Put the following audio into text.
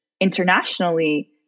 internationally